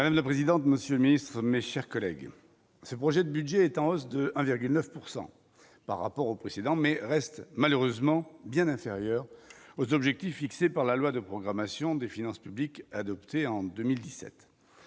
Madame la présidente, monsieur le Ministre, mes chers collègues, ce projet de budget est en hausse de 1,9 pourcent par rapport au précédent mais restent malheureusement bien inférieur aux objectifs fixés par la loi de programmation des finances publiques, adoptée en 2017,